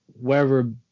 wherever